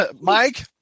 Mike